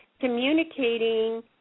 communicating